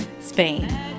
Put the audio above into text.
Spain